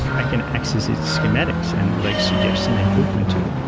i can access its schematics and like suggest an improvement to it.